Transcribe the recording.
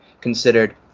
considered